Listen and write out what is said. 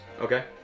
Okay